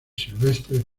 silvestres